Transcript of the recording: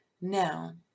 Now